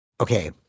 okay